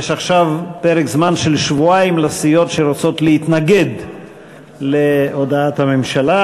יש עכשיו פרק זמן של שבועיים לסיעות שרוצות להתנגד להודעת הממשלה.